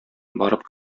барып